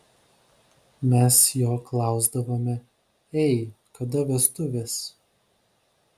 mes jo klausdavome ei kada vestuvės